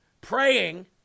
praying